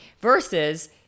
Versus